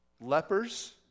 lepers